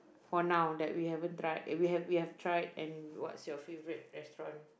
for now that we haven't tried eh we have we have tried and what's your favourite restaurant